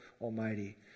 Almighty